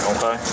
Okay